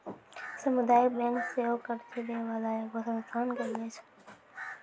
समुदायिक बैंक सेहो कर्जा दै बाला एगो संस्थान कहलो जाय छै